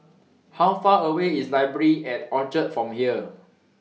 How Far away IS Library At Orchard from here